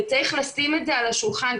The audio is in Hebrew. וצריך לשים את זה על השולחן,